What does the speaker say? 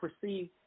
perceive